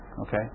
okay